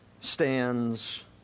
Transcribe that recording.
stands